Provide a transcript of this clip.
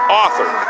author